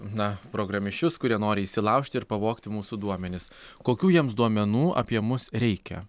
na programišius kurie nori įsilaužti ir pavogti mūsų duomenis kokių jiems duomenų apie mus reikia